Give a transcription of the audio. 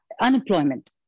unemployment